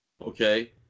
Okay